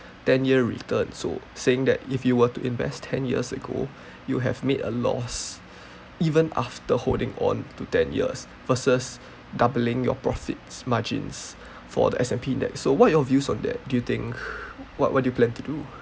ten year return so saying that if you were to invest ten years ago you have made a loss even after holding on to ten years versus doubling your profits margins for the S_&_P index so what your views on that do you think what what do you plan to do